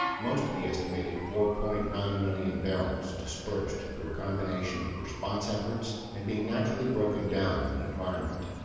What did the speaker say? most of the estimated four point nine million barrels dispersed through a combination of response efforts and being naturally broken down in the environment.